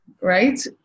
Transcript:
Right